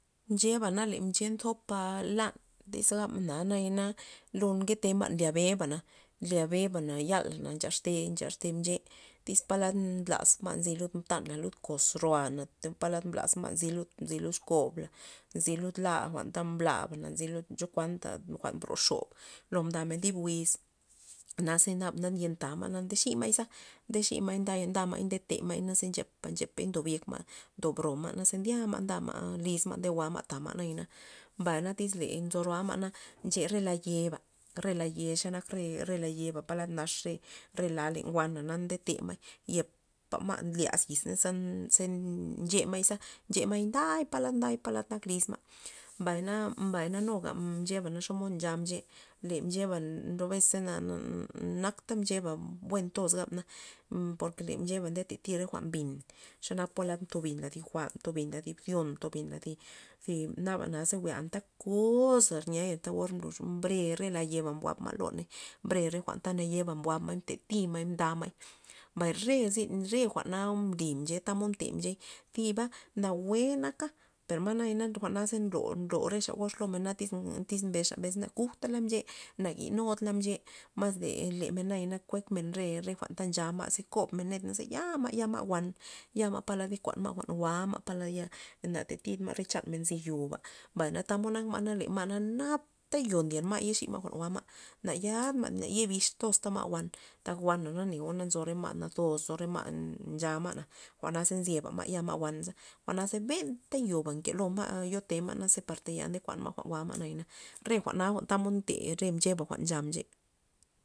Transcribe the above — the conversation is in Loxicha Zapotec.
Mcheba na le mche mzop a lan tyz gabna na naya na lo nkete ma' ndyabe bana ndyabe bana yala nchaxte- nchaste mche tys palad nlaz ma' zi lud po mtan lud koz ro'a palad mblasma' po nzy lud nzy lud kob la nzy la jwa'nta mbla'ba nzy lud chokuan nda jwa'n mbro xob lo mda men dib wiz, naze naba na ndyenta ma' na nde xi ma'yza nde xi'may nday nde te ma'y za nchep nchepa ndob yek ma' ndob ro ma'za za ndya ma' nda ma' lizma' nde jwa'ma tama' nayana mbay na tyz le nzo ro'a ma'na nche re la yeba re la ye xe nak re- re la yeba palad nax re re lan len wana na nde te ma'y yeba ma' nlaz yizney za- ze nche ma'yza nche ma'y nday palad nday pa lad nak lisma', mbay na mbay na nuga mcheba xomod ncha mche le mcheba nryo besna nakta mcheba buen toz gabmen por le mcheba ndeta thi re jwa'n bin xe nak polad ntobin la thi jwa'n mto binla thi bzyon mtob binla thi thi nabanaze jwi'a anta koza niay benta or nlux mbre re la yeba mbuab ma' loney mbre re jwa'n ta nayeba mbuab ma'y mtati ma' mbay mda ma'y, mbay re zyn re jwa'na mbli mche tamod nte mchey thiba nawue naka per nayana na re jwa'naza nlo- nlo re xa gox lomen na tyz- tyz mbesxa na kujtala mche na ginudla mche mas de naya na kuekmen re- re jwa'n ta ncha ma' ze kob men net ya za yama'-yama' wan, ya ma' palad nde kuan ma' jwa'n jwa' ma' palad' na ta tid ma' re chanmen nzy yoba mbay na tamod nak ma' le ma' na napta yo ndyen ma' yexi ma' jwa'n jwa'ma na yad ma' yo ndyen na yad bixtos tama' wan tak neo na wana nnzo jwa'n nazos nzo re ma' nchaga ma' jwa'na nzyeba' ma ya ma' wan jwa'naza benta yona nke loma' yote ma'za par tayal nde kuan ma' jwa'n jwa' ma'na re jwa'na tamod nteza re mche jwa'n ncha mche.